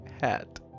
hat